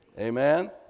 Amen